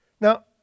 Now